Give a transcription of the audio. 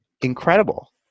incredible